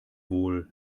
wohl